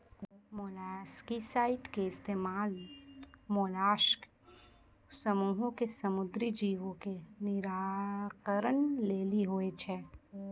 molluscicide के इस्तेमाल mollusc समूहो के समुद्री जीवो के निराकरण लेली होय छै